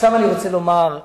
עכשיו אני רוצה לומר,